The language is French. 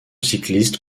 cyclistes